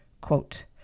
quote